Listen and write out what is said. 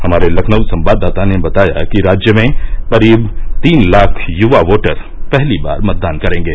हमारे लखनऊ संवाददाता ने बताया कि राज्य में करीब तीन लाख युवा वोटर पहली बार मतदान करेंगे